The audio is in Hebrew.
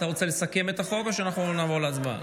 אתה רוצה לסכם את החוק או שאנחנו נעבור להצבעה?